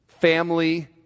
family